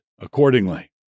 accordingly